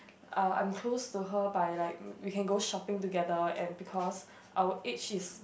uh I am close to her by like we can go shopping together and because our age is